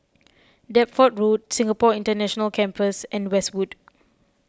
Deptford Road Singapore International Campus and Westwood